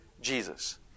Jesus